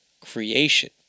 creation